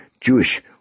Jewish